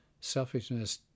selfishness